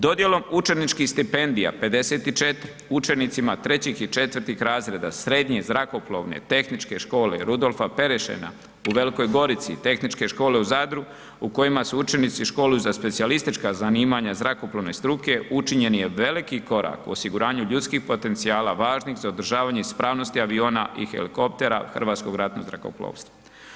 Dodjelom učeničkih stipendija, 54 učenicima 3 i 4 razreda Srednje zrakoplovne, tehničke škole Rudolfa Perešina u Velikoj Gorici i Tehničke škole u Zadru u kojima se učenici školuju za specijalistička zanimanja zrakoplovne struke učinjen je veliki korak u osiguranju ljudskih potencijala važnih za održavanje ispravnosti aviona i helikoptera Hrvatskog ratnog zrakoplovstva.